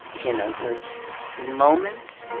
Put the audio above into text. you. know those moments